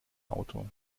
auto